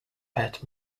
pat